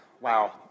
Wow